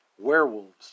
werewolves